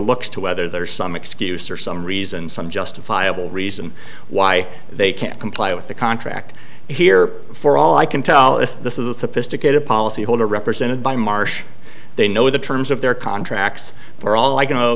looks to whether there is some excuse or some reason some justifiable reason why they can't comply with the contract here for all i can tell this is a sophisticated policy holder represented by marsh they know the terms of their contracts for all i can